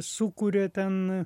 sukuria ten